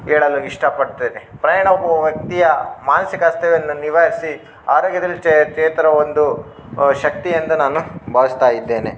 ಹೇಳಲು ಇಷ್ಟ ಪಡ್ತೇನೆ ಪ್ರಯಾಣವು ವ್ಯಕ್ತಿಯ ಮಾನಸಿಕ ಅಸ್ತವ್ಯವನ್ನು ನಿವಾರಿಸಿ ಆರೋಗ್ಯದಲ್ಲಿ ಚೇತರ ಒಂದು ಶಕ್ತಿಯಿಂದ ನಾನು ಭಾವಿಸ್ತಾ ಇದ್ದೇನೆ